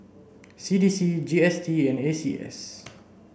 C D C G S T and A C S